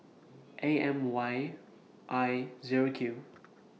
A M Y I Zero Q